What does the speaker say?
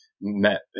met